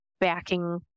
backing